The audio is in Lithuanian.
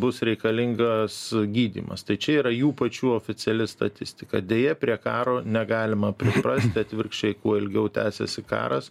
bus reikalingas gydymas tai čia yra jų pačių oficiali statistika deja prie karo negalima priprasti atvirkščiai kuo ilgiau tęsiasi karas